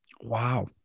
Wow